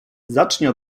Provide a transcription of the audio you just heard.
zacznie